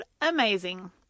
amazing